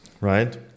right